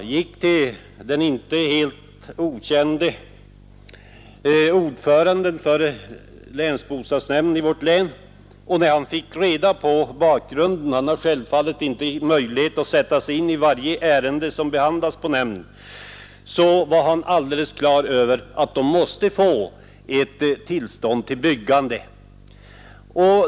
Jag gick till den inte helt okände ordföranden för länsbostadsnämnden i vårt län och informerade honom om bakgrunden, eftersom han självfallet inte har möjlighet att sätta sig in i varje ärende som behandlas av nämnden. Länsbostadsnämndens ordförande var alldeles klar över att tillstånd till ombyggnaderna måste beviljas.